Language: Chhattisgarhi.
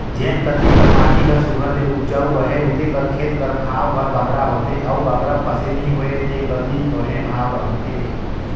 जेन कती कर माटी हर सुग्घर ले उपजउ अहे उते कर खेत कर भाव हर बगरा होथे अउ बगरा फसिल नी होए ते कती थोरहें भाव रहथे